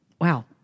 wow